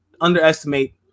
underestimate